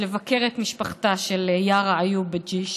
לבקר את משפחתה של יארא איוב בג'ש,